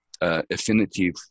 affinity